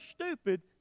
stupid